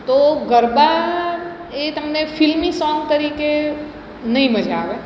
તો ગરબા એ તમને ફિલ્મી સોંગ તરીકે નહીં મજા આવે